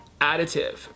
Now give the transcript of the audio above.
additive